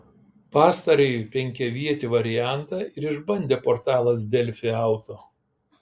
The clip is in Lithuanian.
pastarąjį penkiavietį variantą ir išbandė portalas delfi auto